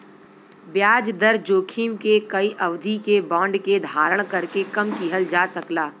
ब्याज दर जोखिम के कई अवधि के बांड के धारण करके कम किहल जा सकला